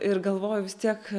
ir galvoju vis tiek